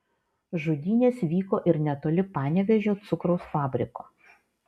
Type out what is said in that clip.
žudynės vyko ir netoli panevėžio cukraus fabriko